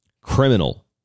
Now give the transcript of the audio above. criminal